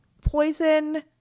Poison